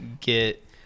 get